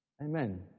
Amen